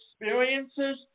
experiences